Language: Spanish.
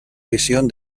visión